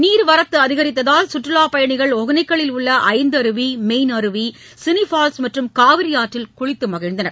நீர்வரத்து அதிகரித்ததால் சுற்றுலா பயணிகள் ஒகேனக்கல்லில் உள்ள ஐந்தருவி மெயின் அருவி சினிஃபால்ஸ் மற்றும் காவிரியாற்றில் குளித்து மகிழ்ந்தனர்